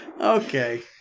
Okay